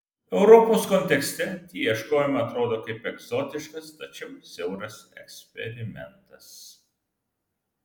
europos kontekste tie ieškojimai atrodo kaip egzotiškas tačiau siauras eksperimentas